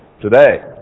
today